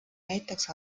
näiteks